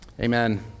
amen